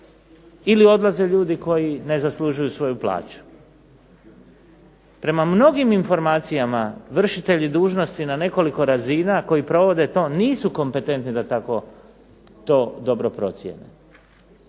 ili odlaze ljudi koji ne zaslužuju svoju plaću? Prema mnogim informacijama vršitelji dužnosti na nekoliko razina koji provode to nisu kompetentni da tako to dobro procijene.